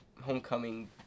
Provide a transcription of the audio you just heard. homecoming